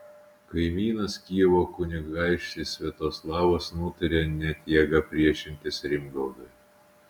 kaimynas kijevo kunigaikštis sviatoslavas nutarė net jėga priešintis rimgaudui